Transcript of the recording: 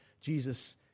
Jesus